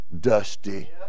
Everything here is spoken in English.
dusty